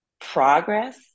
progress